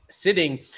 sitting